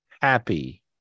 happy